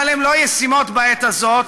אבל הן לא ישימות בעת הזאת,